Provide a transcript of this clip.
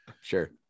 sure